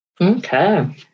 Okay